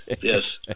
yes